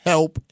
Help